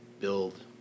build